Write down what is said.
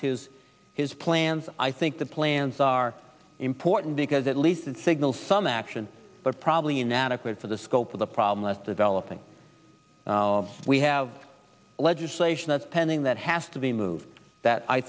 his his plans i think the plans are important because at least that signal some action but probably inadequate for the scope of the problem less developing we have legislation that's pending that has to be moved that i